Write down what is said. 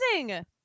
amazing